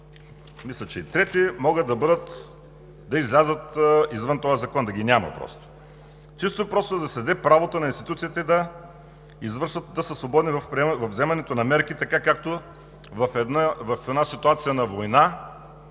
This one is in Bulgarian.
мисля, че и чл. 3, могат да излязат извън този закон, просто да ги няма. Чисто и просто да се даде правото на институциите да са свободни във вземането на мерки така, както в една ситуация на война